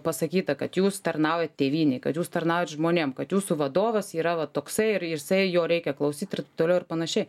pasakyta kad jūs tarnaujat tėvynei kad jūs tarnaujat žmonėm kad jūsų vadovas yra va toksai ir jisai jo reikia klausyt ir t toliau ir panašiai